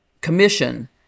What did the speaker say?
commission